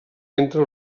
entre